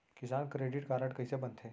किसान credit card कइसे बनथे?